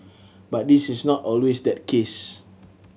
but this is not always that case